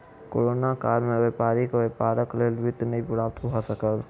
corona काल में व्यापारी के व्यापारक लेल वित्त नै प्राप्त भ सकल